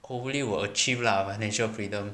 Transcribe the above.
hopefully will achieve lah financial freedom